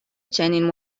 چنین